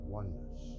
oneness